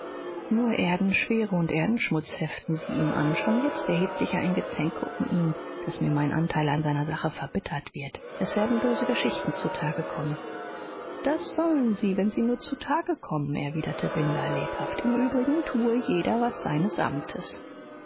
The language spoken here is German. nur erdenschwere und erdenschmutz heften sie ihm an schon jetzt erhebt sich ja ein gezänke um ihn daß mir mein anteil an seiner sache verbittert wird es werden böse geschichten zutage kommen das sollen sie wenn sie nur zutage kommen erwiderte binder lebhaft im übrigen tue jeder was seines amtes